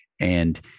And-